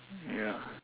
ya